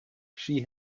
she